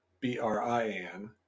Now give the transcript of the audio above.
B-R-I-A-N